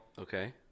Okay